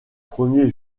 premier